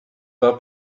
war